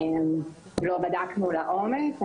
לא בדקנו לעומק.